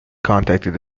contacted